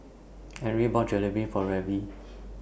Enrique bought Jalebi For Reggie